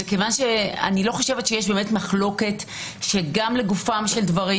וכיוון שאני לא חושבת שיש באמת מחלוקת שגם לגופם של דברים,